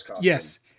Yes